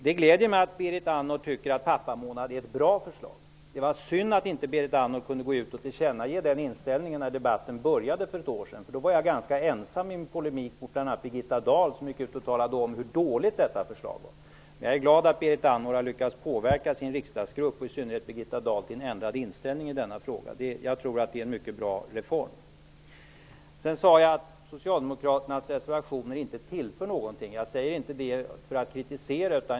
Det glädjer mig att Berit Andnor tycker att förslaget om pappamånad är bra. Det var synd att Berit Andnor inte kunde gå ut och tillkännage den inställningen när debatten började för ett år sedan. Då var jag ganska ensam i min polemik mot bl.a. Birgitta Dahl, som gick ut och talade om hur dåligt förslaget var. Jag är dock glad över ett Berit Andnor har lyckats påverka sin riksdagsgrupp och i synnerhet Birgitta Dahl att ändra inställning i denna fråga. Jag tror att det är en mycket bra reform. Jag sade att socialdemokraternas reservationer inte tillför någonting. Det sade jag inte för att kritisera.